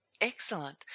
Excellent